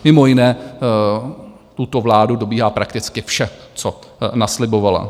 Mimo jiné tuto vládu dobíhá prakticky vše, co naslibovala.